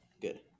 good